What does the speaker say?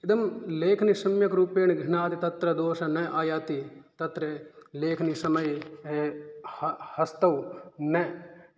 इदं लेखनीं सम्यग्रूपेण गृह्णाति तत्र दोष न आयाति तत्र लेखनसमये ह हस्तौ न